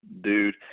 dude